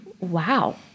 Wow